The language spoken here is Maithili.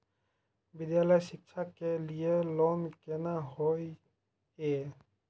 विद्यालय शिक्षा के लिय लोन केना होय ये?